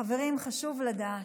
חברים, חשוב לדעת,